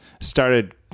started